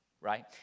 right